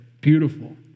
Beautiful